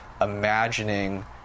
imagining